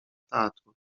teatru